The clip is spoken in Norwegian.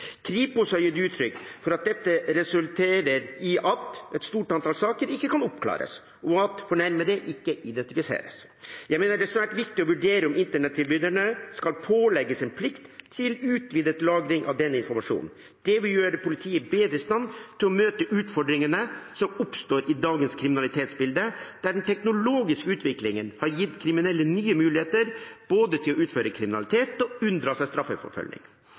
Kripos har gitt uttrykk for at dette resulterer i at et stort antall saker ikke kan oppklares, og at fornærmede ikke identifiseres. Jeg mener det er svært viktig å vurdere om internettilbyderne skal pålegges en plikt til utvidet lagring av denne informasjonen. Det vil gjøre politiet bedre i stand til å møte utfordringene som oppstår i dagens kriminalitetsbilde, der den teknologiske utviklingen har gitt kriminelle nye muligheter, både til å utføre kriminalitet og til å unndra seg